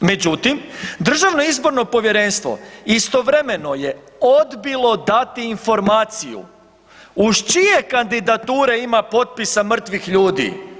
Međutim, Državno izborno povjerenstvo istovremeno je odbilo dati informaciju uz čije kandidature ima potpisa mrtvih ljudi.